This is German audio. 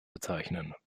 bezeichnen